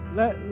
let